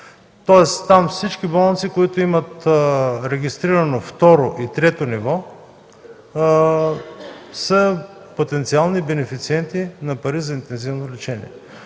Тоест, всички болници там, които имат регистрирано второ и трето ниво, са потенциални бенефициенти на пари за интензивно лечение.